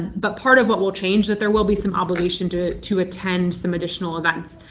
but part of what will change that there will be some obligation to to attend some additional events.